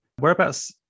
Whereabouts